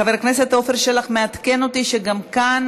חבר הכנסת עפר שלח מעדכן אותי שגם כאן,